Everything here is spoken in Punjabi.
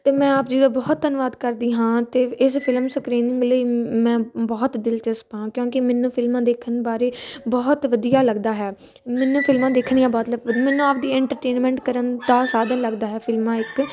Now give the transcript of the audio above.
ਅਤੇ ਮੈਂ ਆਪ ਜੀ ਦਾ ਬਹੁਤ ਧੰਨਵਾਦ ਕਰਦੀ ਹਾਂ ਅਤੇ ਇਸ ਫਿਲਮ ਸਕਰੀਨਿੰਗ ਲਈ ਮੈਂ ਬਹੁਤ ਦਿਲਚਸਪ ਹਾਂ ਕਿਉਂਕਿ ਮੈਨੂੰ ਫਿਲਮਾਂ ਦੇਖਣ ਬਾਰੇ ਬਹੁਤ ਵਧੀਆ ਲੱਗਦਾ ਹੈ ਮੈਨੂੰ ਫਿਲਮਾਂ ਦੇਖਣੀਆਂ ਬਹੁਤ ਲਬ ਮੈਨੂੰ ਆਪ ਦੀ ਇੰਟਰਟੇਨਮੈਂਟ ਕਰਨ ਦਾ ਸਾਧਨ ਲੱਗਦਾ ਹੈ ਫਿਲਮਾਂ ਇੱਕ